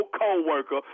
co-worker